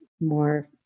more